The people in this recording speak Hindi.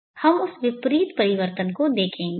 इसलिए हम उस विपरीत परिवर्तन को देखेंगे